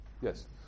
Yes